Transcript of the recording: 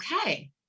okay